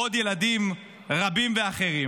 ועוד ילדים רבים ואחרים?